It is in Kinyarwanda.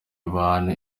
abantu